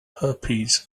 herpes